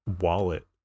wallet